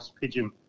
pigeon